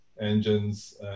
engines